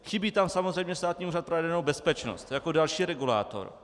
Chybí tam samozřejmě Státní úřad pro jadernou bezpečnost jako další regulátor.